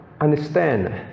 understand